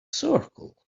circle